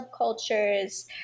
subcultures